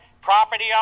property